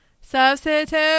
Substitute